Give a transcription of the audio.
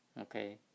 okay